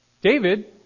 David